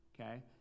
okay